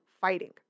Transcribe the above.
fighting